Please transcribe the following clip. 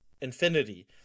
infinity